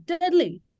deadly